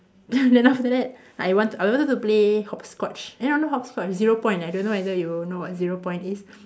then then after that I want to I wanted to play hopscotch eh no not hopscotch zero point I don't know whether you know what zero point is